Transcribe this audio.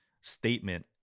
statement